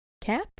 Cap